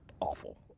awful